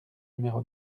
numéro